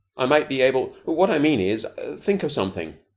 i might be able what i mean is think of something.